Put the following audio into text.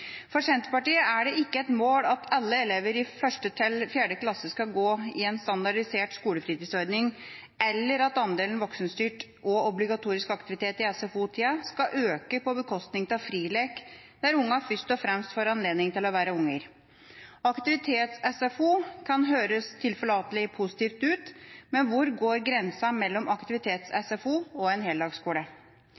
For Senterpartiet er det ikke et mål at alle elever i 1.–4. klasse skal gå i en standardisert skolefritidsordning, eller at andelen voksenstyrt og obligatorisk aktivitet i SFO-tida skal øke på bekostning av frilek, der ungene først og fremst får anledning til å være unger. Aktivitets-SFO kan høres tilforlatelig positivt ut. Men hvor går grensen mellom